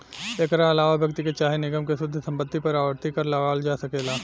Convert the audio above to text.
एकरा आलावा व्यक्ति के चाहे निगम के शुद्ध संपत्ति पर आवर्ती कर लगावल जा सकेला